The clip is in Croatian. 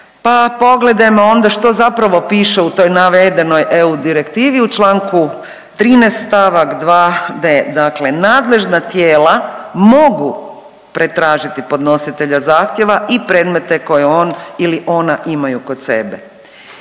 pa pogledajmo onda što zapravo piše u toj navedenoj EU direktivi u članku 13. stavak 2d. Dakle: „Nadležna tijela mogu pretražiti podnositelja zahtjeva i predmete koje on ili ona imaju kod sebe.“